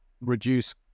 reduce